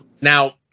Now